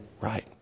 right